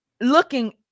looking